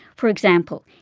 for example,